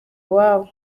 iwabo